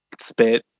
spit